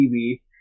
TV